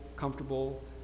comfortable